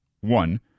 one